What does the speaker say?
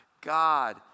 God